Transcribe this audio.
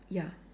ya